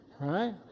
right